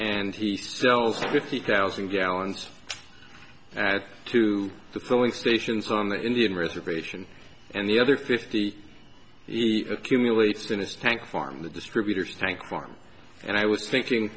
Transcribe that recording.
and he still is fifty thousand gallons at to the filling stations on the indian reservation and the other fifty he accumulates in his tank farm the distributors tank farm and i was thinking